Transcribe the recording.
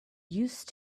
used